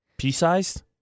pea-sized